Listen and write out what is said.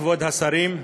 כבוד השרים,